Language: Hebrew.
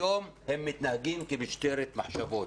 היום הם מתנהגים כמשטרת מחשבות.